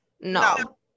No